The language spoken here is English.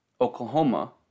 Oklahoma